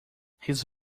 his